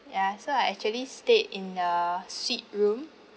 ya so I actually stayed in a suite room